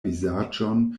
vizaĝon